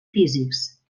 físics